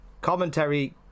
commentary